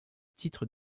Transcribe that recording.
titre